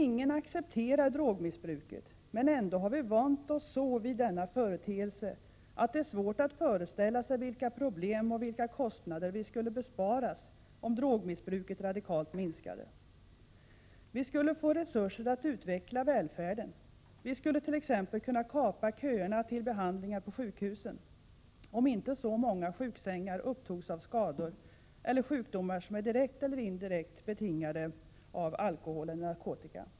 Ingen accepterar drogmissbruk, men ändå har vi vant oss så vid denna företeelse att det är svårt att föreställa sig vilka problem och vilka kostnader vi skulle besparas om drogmissbruket radikalt minskade. Vi skulle få resurser att utveckla välfärden. Vi skulle t.ex. kunna kapa köerna till behandlingar på sjukhusen, om inte så många sjuksängar upptogs av skador eller sjukdomar som var direkt eller indirekt betingade av alkohol och/eller narkotika.